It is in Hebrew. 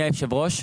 ראש,